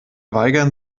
weigern